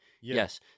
Yes